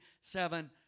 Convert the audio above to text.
seven